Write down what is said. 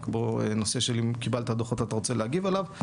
וכמו הנושא של קיבלת דוחות ואתה רוצה להגיב עליו,